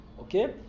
Okay